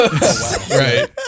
Right